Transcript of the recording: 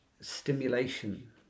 stimulation